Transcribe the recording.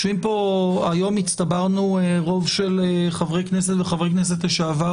היום הצטברנו רוב של חברי כנסת וחברי כנסת לשעבר,